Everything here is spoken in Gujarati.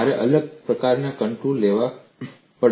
મારે અલગ પ્રકારના કોન્ટૂર લેવા પડશે